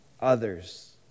others